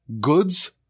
goods